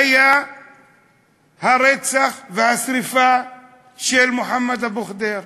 היו הרצח והשרפה של מוחמד אבו ח'דיר.